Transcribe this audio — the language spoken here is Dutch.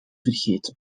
vergeten